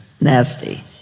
Nasty